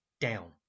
down